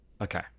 Okay